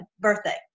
birthday